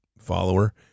follower